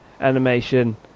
animation